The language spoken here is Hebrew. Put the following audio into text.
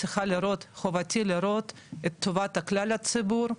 חובתי לראות את טובת כלל הציבור,